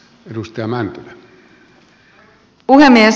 arvoisa puhemies